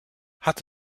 hat